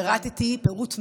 פירטתי פירוט מלא,